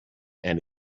and